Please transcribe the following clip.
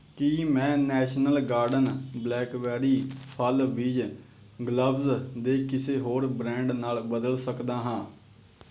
ਕੀ ਮੈਂ national garden blackberry ਫਲ ਬੀਜ ਗਲਵਜ ਦੇ ਕਿਸੇ ਹੋਰ ਬ੍ਰੈਂਡ ਨਾਲ ਬਦਲ ਸਕਦਾ ਹਾਂ